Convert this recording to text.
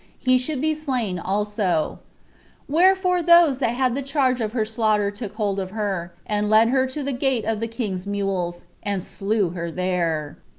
he should be slain also wherefore those that had the charge of her slaughter took hold of her, and led her to the gate of the king's mules, and slew her there.